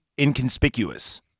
inconspicuous